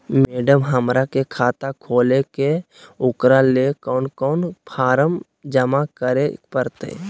Madam, हमरा के खाता खोले के है उकरा ले कौन कौन फारम जमा करे परते?